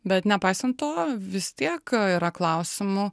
bet nepaisant to vis tiek yra klausimų